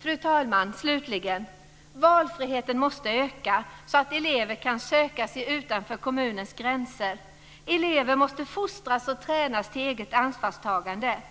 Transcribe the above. Fru talman! Slutligen: Valfriheten måste öka, så att elever kan söka sig utanför kommunens gränser. Elever måste fostras och tränas till eget ansvarstagande.